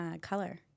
color